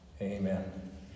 Amen